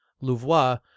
louvois